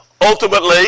Ultimately